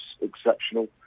exceptional